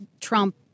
Trump